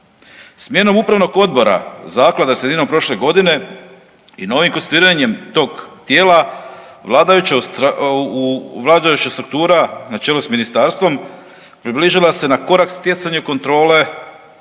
Smjenom upravnog odbora zaklada sredinom prošle godine i novim konstituiranjem tog tijela vladajuća struktura na čelu s ministarstvom približila se na korak stjecanju kontrole